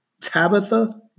Tabitha